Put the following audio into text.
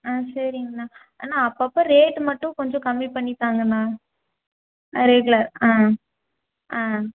ஆ சரிங்ண்ணா அண்ணா அப்போ அப்போ ரேட் மட்டும் கொஞ்சம் கம்மி பண்ணி தாங்கண்ணா ஆ ரெகுலர் ஆ ஆ